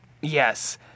Yes